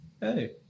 hey